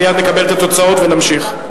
מייד נקבל את התוצאות ונמשיך.